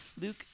Luke